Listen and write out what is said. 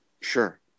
sure